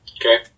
Okay